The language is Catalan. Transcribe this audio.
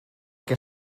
que